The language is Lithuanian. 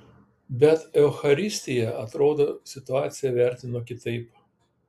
bet eucharistija atrodo situaciją vertino kitaip